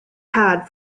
had